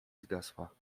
zgasła